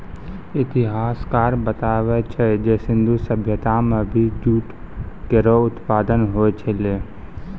इतिहासकार बताबै छै जे सिंधु सभ्यता म भी जूट केरो उत्पादन होय छलै